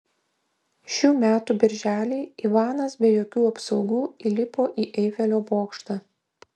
šių metų birželį ivanas be jokių apsaugų įlipo į eifelio bokštą